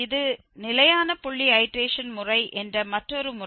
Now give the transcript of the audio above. இது நிலையான புள்ளி ஐடேரேஷன் முறை என்ற மற்றொரு முறை